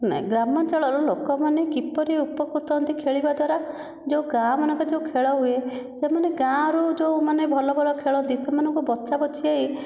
ନାହିଁ ଗ୍ରାମାଞ୍ଚଳର ଲୋକମାନେ କିପରି ଉପକୃତ ହୁଅନ୍ତି ଖେଳିବା ଦ୍ଵାରା ଯେଉଁ ଗାଁଆମାନଙ୍କରେ ଯେଉଁ ଖେଳ ହୁଏ ସେମାନେ ଗାଆଁରୁ ଯେଉଁମାନେ ଭଲ ଭଲ ଖେଳନ୍ତି ସେମାନଙ୍କ ବଛା ବଛି